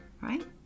right